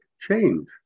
change